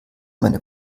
meiner